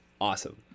awesome